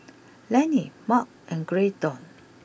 Lennie Mart and Graydon